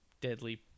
deadly